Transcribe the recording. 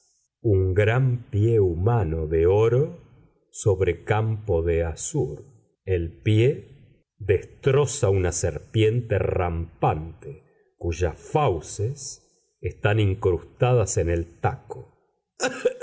un gran pie humano de oro sobre campo de azur el pie destroza una serpiente rampante cuyas fauces están incrustadas en el taco